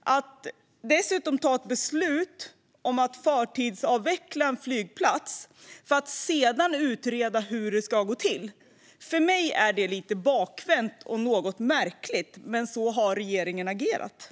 Att dessutom ta beslut om att förtidsavveckla en flygplats för att sedan utreda hur det ska gå till är för mig lite bakvänt och något märkligt. Men så har regeringen agerat.